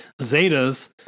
Zetas